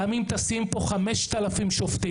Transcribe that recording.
גם אם תשים פה 5000 שופטים,